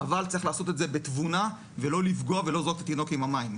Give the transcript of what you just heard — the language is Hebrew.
אבל צריך לעשות את זה בתבונה ולא לפגוע ולשפוך את התינוק עם המים.